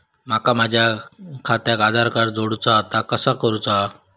माका माझा खात्याक आधार कार्ड जोडूचा हा ता कसा करुचा हा?